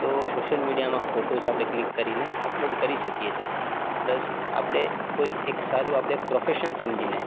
તો સોશિયલ મીડિયામાં ફોટોઝ આપણે ક્લિક કરીને અપલોડ કરી શકીએ છીએ પ્લસ આપણે કોઈ એક સારું આપણે પ્રોફેશન સમજીને